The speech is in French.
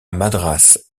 madras